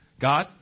God